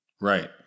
Right